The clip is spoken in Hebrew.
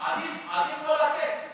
עדיף לא לתת.